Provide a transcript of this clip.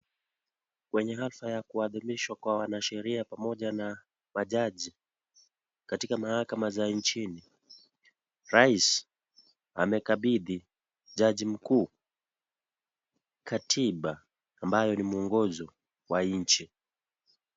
Kwenye hasa ya kuadhimishwa kwa wanasheria pamoja na majaji katika mahakama za chini, raisi amekabidhi jaji mkuu katiba ambayo ni mwongozo wa nchi.